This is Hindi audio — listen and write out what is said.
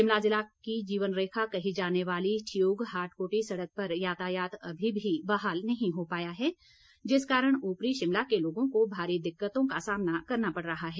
शिमला ज़िला की जीवन रेखा कही जाने वाली ठियोग हाटकोटी सड़क पर यातायात अभी भी बहाल नहीं हो पाया है जिस कारण ऊपरी शिमला के लोगों को भारी दिक्कतों का सामना करना पड़ रहा है